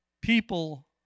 people